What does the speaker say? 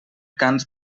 cants